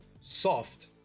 soft